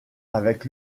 avec